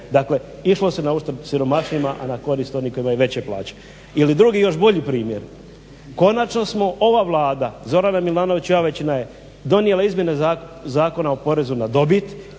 Dakle išlo se na oštro siromašnima, a na korist onima koji imaju veće plaće. Ili drugi još bolji primjer. Konačno smo ova Vlada Zorana Milanovića većina je donijela izmjene zakona o porezu na dobit